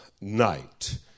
night